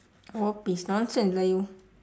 oh please nonsense lah you